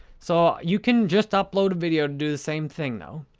so, you can just upload a video and do the same thing, though,